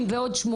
זה לא וולונטרי,